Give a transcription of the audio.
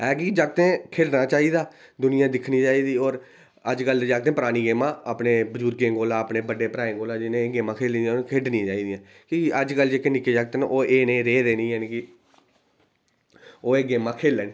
अज्ज जागत् दिक्खना चाहिदा दुनिया दिक्खना चाहिदी अज्जकल दे अपने परानी गेमां अपने बजुर्गें कोला अपने बड्डे भ्रांऐं कोला जिनें ओह् गेमां खेल्ली दियां ओह् खेढ़नियां चाही दियां कि अज्जकल जेह्के निक्के जागत् न ओह् एह् नेह् रेह् दे निं हैन की ओह् एह् गेमां खेल्लङ